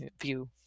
view